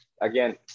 again